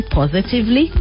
positively